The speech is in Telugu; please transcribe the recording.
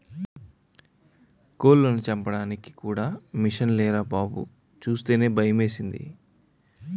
కోళ్లను చంపడానికి కూడా మిసన్లేరా బాబూ సూస్తేనే భయమేసింది